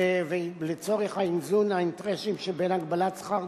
ולצורך איזון האינטרסים שבין הגבלת שכר